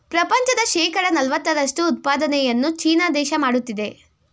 ಪ್ರಪಂಚದ ಶೇಕಡ ನಲವತ್ತರಷ್ಟು ಉತ್ಪಾದನೆಯನ್ನು ಚೀನಾ ದೇಶ ಮಾಡುತ್ತಿದೆ